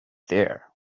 there